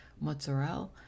mozzarella